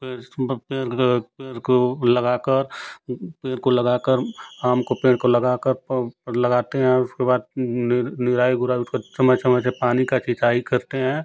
फिर उसमें पेड़ को पेड़ को लगा कर पेड़ को लगा कर आम को पेड़ को लगा कर पंप लगाते हैं और उसके बाद निर निराई गोराई उसका समय समय से पानी का सिंचाई करते हैं